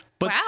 Wow